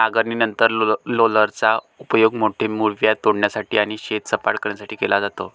नांगरणीनंतर रोलरचा उपयोग मोठे मूळव्याध तोडण्यासाठी आणि शेत सपाट करण्यासाठी केला जातो